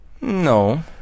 No